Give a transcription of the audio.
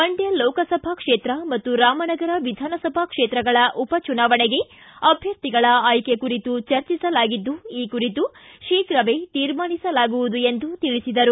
ಮಂಡ್ಯ ಲೋಕಸಭಾ ಕ್ಷೇತ್ರ ಮತ್ತು ರಾಮನಗರ ವಿಧಾನಸಭಾ ಕ್ಷೇತ್ರಗಳ ಉಪಚುನಾವಣೆಗೆ ಅಭ್ಯರ್ಥಿಗಳ ಆಯ್ಕೆ ಕುರಿತು ಚರ್ಚಿಸಲಾಗಿದ್ದು ಈ ಕುರಿತು ಶೀಘವೇ ತೀರ್ಮಾನಿಸಲಾಗುವುದು ಎಂದು ತಿಳಿಸಿದರು